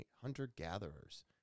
hunter-gatherers